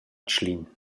tschlin